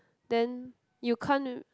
then you can't